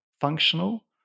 functional